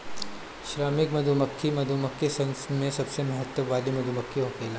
श्रमिक मधुमक्खी मधुमक्खी सन में सबसे महत्व वाली मधुमक्खी होखेले